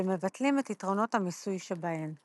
שמבטלים את יתרונות המיסוי שבהן.